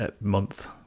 month